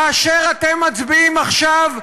כאשר אתם מצביעים עכשיו,